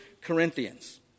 Corinthians